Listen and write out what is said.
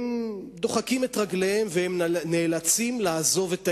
הם דוחקים את רגליהם והם נאלצים לעזוב את העיר.